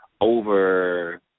over